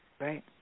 Right